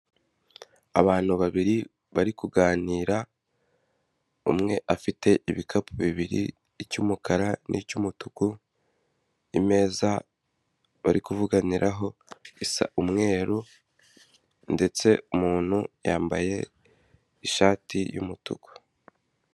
Abantu babiri bari kuganira umwe afite ibikapu bibiri icy'umukara n'icmutuku imeza bari kuvuganiraho isa umweru ndetse umuntu yambaye ishati y'umutuku.